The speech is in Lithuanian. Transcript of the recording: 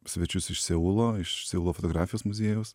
svečius iš seulo iš seulo fotografijos muziejaus